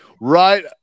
right